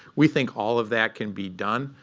we think all of that can be done.